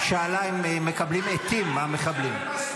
היא שאלה אם מקבלים עטים, המחבלים.